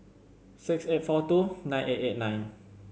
six eight four two nine eight eight nine